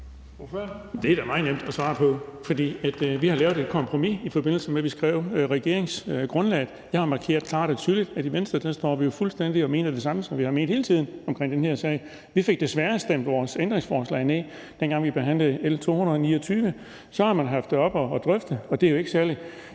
Det er da meget nemt at svare på, for vi har lavet et kompromis, i forbindelse med at vi skrev regeringsgrundlaget. Jeg har markeret klart og tydeligt, at i Venstre står vi fuldstændig på og mener det samme, som vi har ment hele tiden om den her sag. Vi fik desværre stemt vores ændringsforslag ned, dengang vi behandlede L 229. Så har man haft det oppe at drøfte, og det er jo ikke særlig